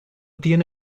tiene